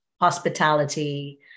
hospitality